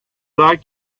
like